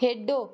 खेढो